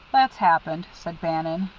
that's happened, said bannon.